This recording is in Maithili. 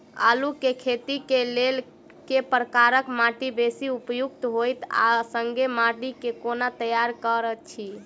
आलु केँ खेती केँ लेल केँ प्रकार केँ माटि बेसी उपयुक्त होइत आ संगे माटि केँ कोना तैयार करऽ छी?